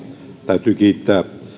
täytyy kiittää